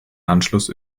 anschluss